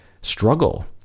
struggle